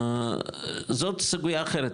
זאת סוגייה אחרת,